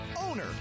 Owner